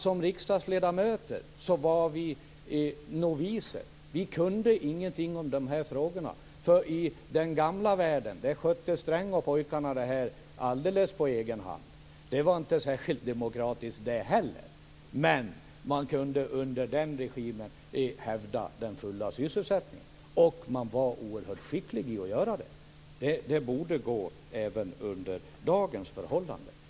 Som riksdagsledamöter var vi noviser. Vi kunde ingenting om de här frågorna. I den gamla världen skötte Sträng och pojkarna det här alldeles på egen hand. Inte heller det var särskilt demokratiskt, men man kunde under den regimen hävda den fulla sysselsättningen, och man var också oerhört skicklig i att göra det. Det borde gå även under dagens förhållanden.